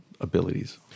abilities